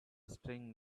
string